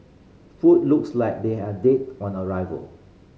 food looks like they are dead on arrival